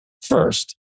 first